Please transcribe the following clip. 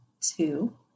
two